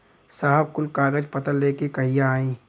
साहब कुल कागज पतर लेके कहिया आई?